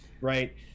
right